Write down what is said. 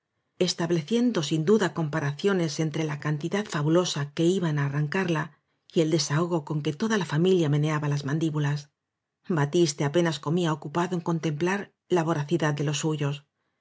estableciendo sin duda comparaciones entre la cantidad fabulosa que iban á arrancarla y el desahogo con que toda la familia meneaba las mandíbulas batiste apenas comía ocupado en contem plar la voracidad de los suyos